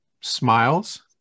smiles